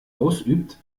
ausübt